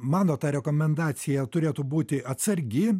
mano ta rekomendacija turėtų būti atsargi